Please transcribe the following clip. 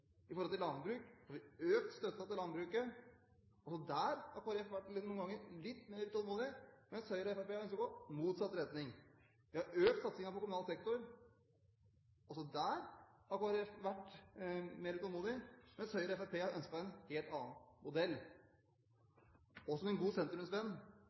har vi økt støtten. Også der har Kristelig Folkeparti noen ganger vært litt mer utålmodig, mens Høyre og Fremskrittspartiet har ønsket å gå i motsatt retning. Vi har økt satsingen på kommunal sektor. Også der har Kristelig Folkeparti vært mer utålmodig, mens Høyre og Fremskrittspartiet har ønsket en helt annen